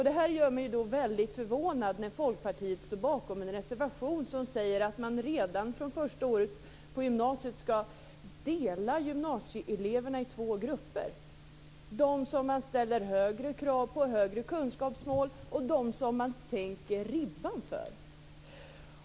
Det gör mig väldigt förvånad att Folkpartiet står bakom en reservation som säger att man redan från första året på gymnasiet skall dela gymnasieeleverna i två grupper: de som man ställer upp högre krav och kunskapsmål för och de som man sänker ribban för.